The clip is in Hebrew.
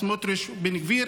סמוטריץ' ובן גביר.